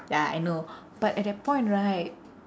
ya I know but at that point right